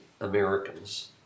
Americans